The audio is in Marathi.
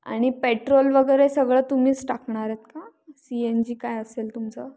आणि पेट्रोल वगैरे सगळं तुम्हीच टाकणार आहेत का सी एन जी काय असेल तुमचं